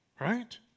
right